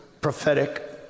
prophetic